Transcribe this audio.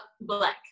black